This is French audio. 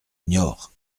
niort